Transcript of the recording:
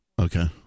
okay